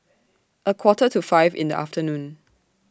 A Quarter to five in The afternoon